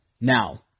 Now